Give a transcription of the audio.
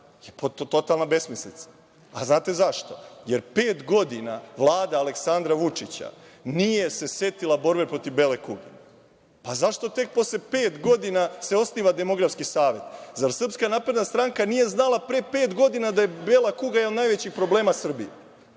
je totalna besmislica. Znate zašto? Pet godina Vlada Aleksandra Vučića nije se setila borbe protiv bele kuge. Zašto se tek posle pet godina osniva Demografski savet? Zar SNS nije znala pre pet godina da je bela kuga jedan od najvećih problema Srbije?